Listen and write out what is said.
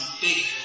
big